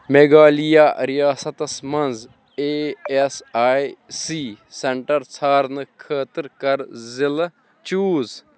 میگھالِیا رِیاستَس مَنٛز A S I C centre ژھارنہٕ خٲطرٕ کَر ضلعہٕ چوٗز